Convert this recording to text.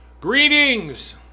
Greetings